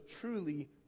truly